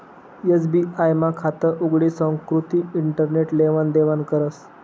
SBI मा खातं उघडी सुकृती इंटरनेट लेवान देवानं करस